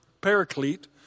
Paraclete